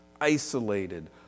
isolated